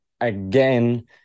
again